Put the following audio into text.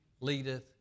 leadeth